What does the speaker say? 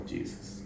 Jesus